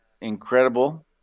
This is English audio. incredible